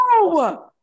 No